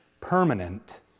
permanent